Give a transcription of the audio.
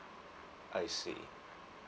I see